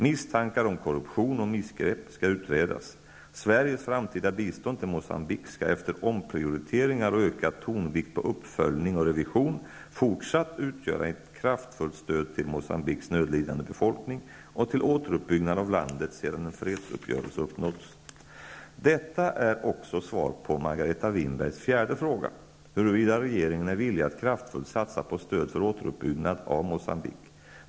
Misstankar om korruption och missgrepp skall utredas. Sveriges framtida bistånd till Moçambique skall efter omprioriteringar och ökad tonvikt på uppföljning och revision, fortsatt utgöra ett kraftfullt stöd till Moçambiques nödlidande befolkning och till återuppbyggnad av landet sedan en fredsuppgörelse uppnåtts. Detta är också svar på Margareta Winbergs fjärde fråga, huruvida regeringen är villig att kraftfullt satsa på stöd för återuppbyggnad av Moçambique.